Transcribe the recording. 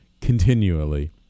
continually